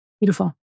Beautiful